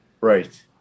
Right